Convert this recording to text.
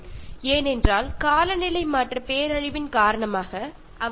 കാരണം അവർ അവരുടെ വീടും പൌരത്വവും രാജ്യവും ഒക്കെ ഈ കാലാവസ്ഥയുടെ ദുരന്തത്തിലൂടെ നഷ്ടപ്പെടുത്തുന്നു